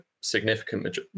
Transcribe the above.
significant